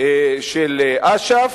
של אש"ף,